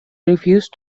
refused